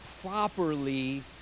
properly